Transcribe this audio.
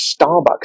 starbucks